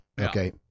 Okay